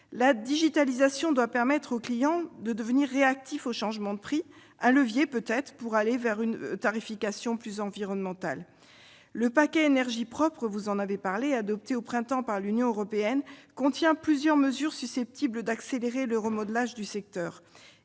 La digitalisation doit permettre au client de devenir réactif aux changements de prix, ce qui constitue peut-être un levier pour aller vers une tarification plus environnementale. Le paquet énergie propre- vous en avez parlé -, qui a été adopté au printemps par l'Union européenne, comporte plusieurs mesures susceptibles d'accélérer la reconfiguration du secteur.